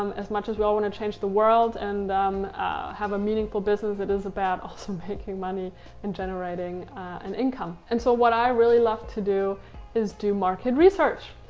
um as much as we all want to change the world and have a meaningful business, it is about also making money and generating an income. and so what i really love to do is do market research.